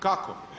Kako?